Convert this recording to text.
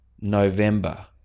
November